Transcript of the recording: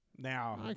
Now